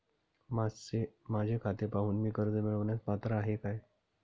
माझे खाते पाहून मी कर्ज मिळवण्यास पात्र आहे काय?